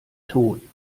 ton